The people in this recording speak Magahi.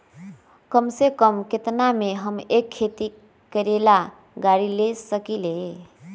कम से कम केतना में हम एक खेती करेला गाड़ी ले सकींले?